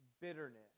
bitterness